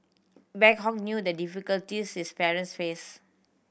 Boon Hock knew the difficulties his parents faced